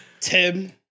Tim